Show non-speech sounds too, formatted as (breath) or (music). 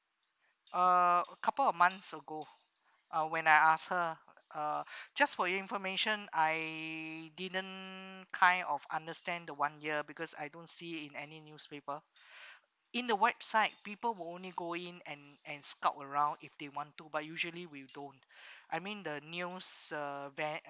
uh a couple of months ago uh when I ask her uh just for your information I didn't kind of understand the one year because I don't see in any newspaper (breath) in the website people will only go in and and stop around if they want to but usually we don't (breath) I mean the news aware